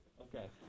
Okay